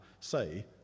say